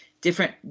different